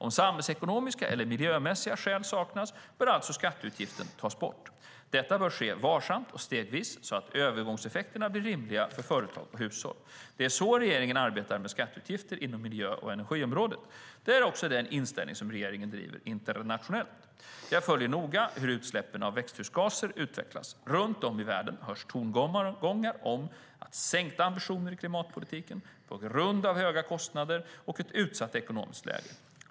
Om samhällsekonomiska eller miljömässiga skäl saknas bör alltså skatteutgiften tas bort. Detta bör ske varsamt och stegvis så att övergångseffekterna blir rimliga för företag och hushåll. Det är så regeringen arbetar med skatteutgifterna inom miljö och energiområdet. Det är också den inställning som regeringen driver internationellt. Jag följer noga hur utsläppen av växthusgaser utvecklas. Runt om i världen hörs tongångar om sänkta ambitioner i klimatpolitiken på grund av höga kostnader och ett utsatt ekonomiskt läge.